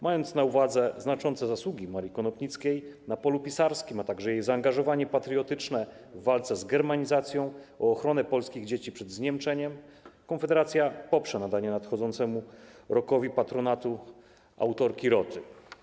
Mając na uwadze znaczące zasługi Marii Konopnickiej na polu pisarskim, a także jej zaangażowanie patriotyczne w walce z germanizacją o ochronę polskich dzieci przed zniemczeniem, Konfederacja poprze nadanie nadchodzącemu rokowi patronatu autorki „Roty”